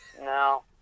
No